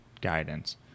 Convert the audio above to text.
guidance